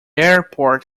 airport